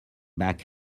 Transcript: back